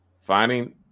finding